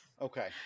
Okay